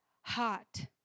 hot